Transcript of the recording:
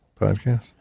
podcast